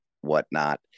whatnot